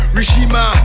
Rishima